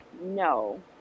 No